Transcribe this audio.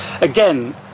again